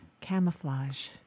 Camouflage